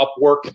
Upwork